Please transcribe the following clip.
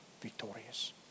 victorious